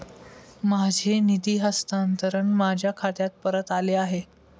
माझे निधी हस्तांतरण माझ्या खात्यात परत आले आहे